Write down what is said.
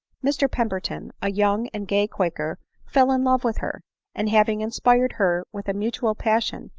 mr pemberton, a young and gay quaker, fell in love with her and having inspired her with a mutual passion,